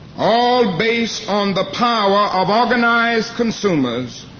all based on the power of organized consumers,